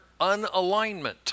unalignment